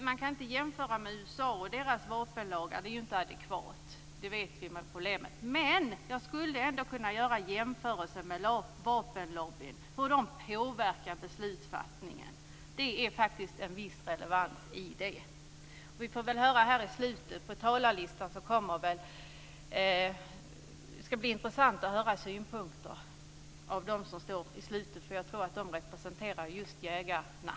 Man kan inte jämföra med USA och deras vapenlagar. Det är inte adekvat. Det vet vi med tanke på problemen där. Men jag skulle ändå kunna göra en jämförelse när det gäller vapenlobbyn och hur den påverkar beslutsfattandet. Det är faktiskt en viss relevans i det. Vi får väl höra här i slutet av talarlistan. Det ska bli intressant att höra synpunkter från dem som står i slutet. Jag tror att de representerar just jägarna.